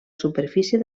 superfície